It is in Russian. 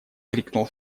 крикнул